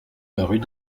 rue